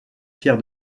fière